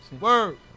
Word